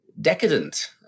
decadent